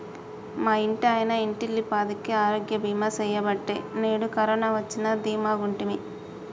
మా ఇంటాయన ఇంటిల్లపాదికి ఆరోగ్య బీమా సెయ్యబట్టే నేడు కరోన వచ్చినా దీమాగుంటిమి